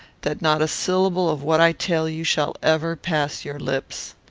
that not a syllable of what i tell you shall ever pass your lips.